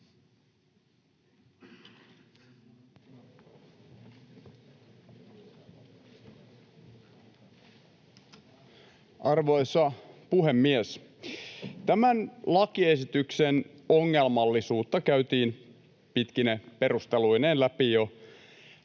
Arvoisa puhemies! Tämän lakiesityksen ongelmallisuutta käytiin pitkine perusteluineen läpi